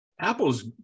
Apple's